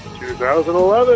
2011